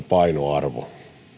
painoarvo